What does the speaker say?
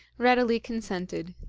readily consented,